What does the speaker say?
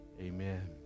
Amen